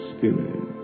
Spirit